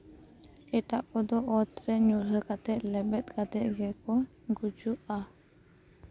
ᱮᱴᱟᱜ ᱠᱚᱫᱚ ᱚᱛ ᱨᱮ ᱧᱩᱨᱦᱟᱹ ᱠᱟᱛᱮᱫ ᱞᱮᱵᱮᱫ ᱠᱟᱛᱮᱫ ᱜᱮᱠᱚ ᱜᱩᱡᱩᱜᱼᱟ